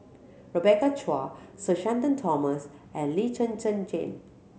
Rebecca Chua Sir Shenton Thomas and Lee Zhen Zhen Jane